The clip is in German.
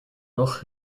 noch